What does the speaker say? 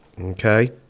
Okay